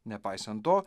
nepaisant to